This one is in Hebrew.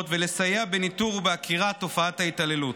ולסייע בניטור ובעקירת תופעת ההתעללות.